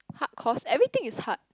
hard cost everything is hard